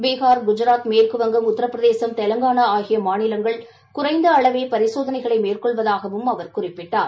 பீகார் குஜராத் மேற்குவங்கம் உத்திரபிரதேசம் தெவங்கானா ஆகிய மாநிலங்கள் குறைந்த அளவே பரிசோதனைகளை மேற்கொள்வதாகவும் அவர் குறிப்பிட்டார்